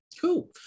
Cool